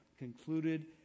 concluded